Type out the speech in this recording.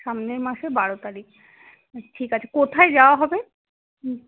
সামনের মাসের বারো তারিখ ঠিক আছে কোথায় যাওয়া হবে